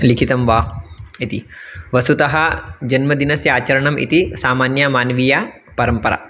लिखितं वा इति वस्तुतः जन्मदिनस्य आचरणम् इति सामान्यमानवीया परम्परा